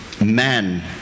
man